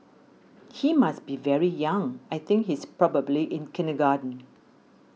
he must be very young I think he's probably in kindergarten